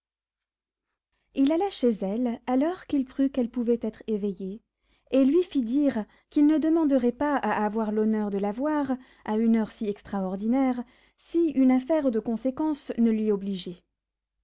il alla chez elle à l'heure qu'il crut qu'elle pouvait être éveillée et lui fit dire qu'il ne demanderait pas à avoir l'honneur de la voir à une heure si extraordinaire si une affaire de conséquence ne l'y